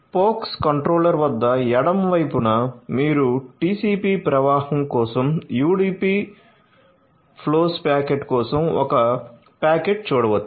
పోక్స్ controller వద్ద ఎడమ వైపున మీరు టిసిపి ప్రవాహం కోసం యుడిపి ఫ్లోస్ ప్యాకెట్ కోసం ఒక ప్యాకెట్ చూడవచ్చు